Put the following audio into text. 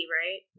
right